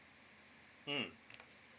mm